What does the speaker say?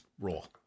role